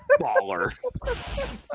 Baller